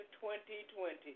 2020